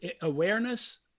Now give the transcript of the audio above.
awareness